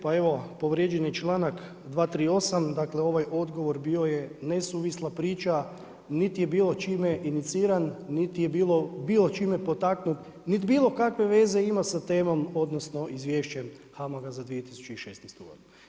Pa evo, povrijeđen je članak 238., dakle ovaj odgovor bio je nesuvisla priča, niti je bilo čime iniciran niti je bilo čime potaknut, niti bilo kakve veze ima sa temom, odnosno izvješćem HAMAG-a za 2016. godinu.